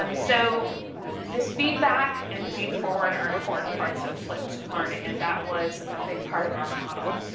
um so this feedback and feed-forward are important parts of flipped learning. and that was a big part of our model.